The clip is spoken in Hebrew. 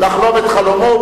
לחלום את חלומו,